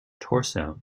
torso